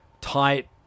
tight